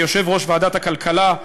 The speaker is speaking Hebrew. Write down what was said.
כיושב-ראש ועדת הכלכלה,